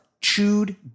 chewed